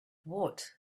woot